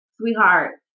sweetheart